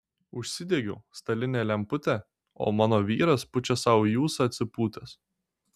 užsidegiau stalinę lemputę o mano vyras pučia sau į ūsą atsipūtęs